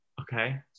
okay